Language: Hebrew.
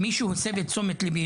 מישהו הסב את תשומת ליבי,